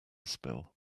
spill